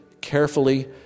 carefully